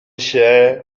się